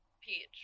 Peach